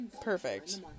Perfect